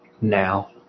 now